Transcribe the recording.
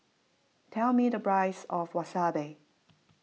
tell me the price of Wasabi